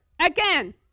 again